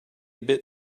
bit